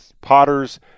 potters